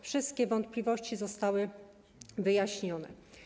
Wszystkie wątpliwości zostały wyjaśnione.